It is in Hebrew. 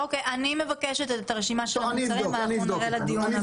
אוקי, אני מבקשת את הרשימה של המוצרים לדיון הבא.